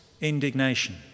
indignation